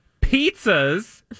pizzas